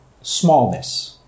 smallness